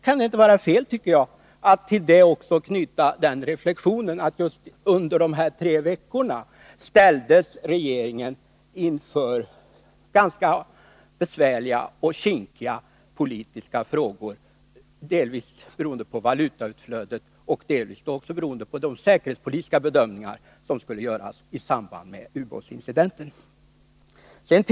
Det kan inte vara fel, tycker jag, att i detta sammanhang påpeka att regeringen under de här tre veckorna ställdes inför ganska besvärliga och kinkiga politiska frågor, dels beroende på valutautflödet, dels beroende på de säkerhetspolitiska bedömningar som skulle göras i samband med ubåtsincidenten.